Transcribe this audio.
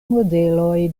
modeloj